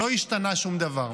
לא השתנה שום דבר.